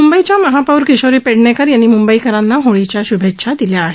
मुंबईच्या महापौर किशोरी पेडणेकर यांनी मुंबईकरांना होळीच्या शुभेच्छा दिल्या आहेत